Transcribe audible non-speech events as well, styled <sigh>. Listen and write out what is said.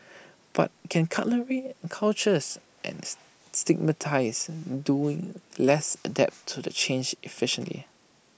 but can <unintelligible> cultures and <unintelligible> stigmatise doing less adapt to the change efficiently